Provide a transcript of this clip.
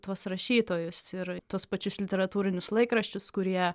tuos rašytojus ir tuos pačius literatūrinius laikraščius kurie